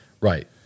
right